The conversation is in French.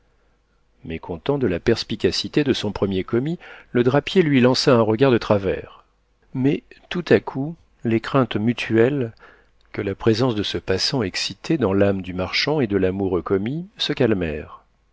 mécontent de la perspicacité de son premier commis le drapier lui lança un regard de travers mais tout à coup les craintes mutuelles que la présence de ce passant excitait dans l'âme du marchand et de l'amoureux commis se calmèrent